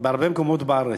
בהרבה מקומות בעולם,